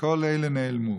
וכל אלה נעלמו.